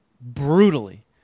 brutally